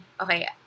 okay